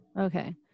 Okay